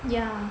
yeah